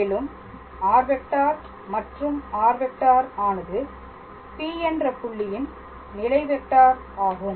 மேலும் R⃗ மற்றும் r⃗ ஆனது P என்ற புள்ளியின் நிலை வெக்டார் ஆகும்